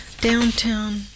Downtown